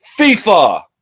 FIFA